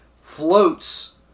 floats